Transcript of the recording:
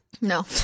No